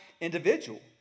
individual